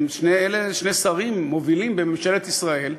שני אלה הם שני שרים מובילים בממשלת ישראל.